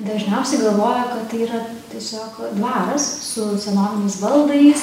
dažniausiai galvoja kad tai yra tiesiog dvaras su senoviniais baldais